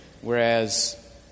whereas